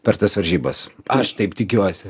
per tas varžybas aš taip tikiuosi